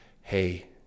hey